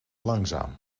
langzaam